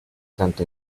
tanto